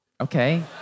okay